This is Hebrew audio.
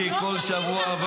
היא כל שבוע באה,